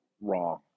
wrong